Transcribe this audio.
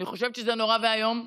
אני חושבת שזה נורא ואיום,